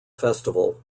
festival